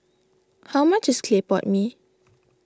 how much is Clay Pot Mee